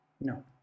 No